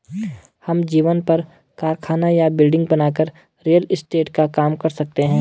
हम जमीन पर कारखाना या बिल्डिंग बनाकर रियल एस्टेट का काम कर सकते है